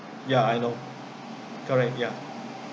ya I know correct ya